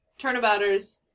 turnabouters